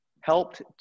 helped